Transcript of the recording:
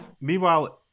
meanwhile